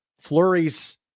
Flurries